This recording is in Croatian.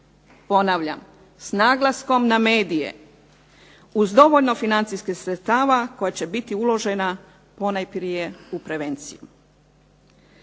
Ponavljam, s naglaskom na medije, uz dovoljno financijskih sredstava koja će biti uložena ponajprije u prevenciju.